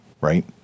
right